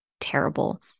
terrible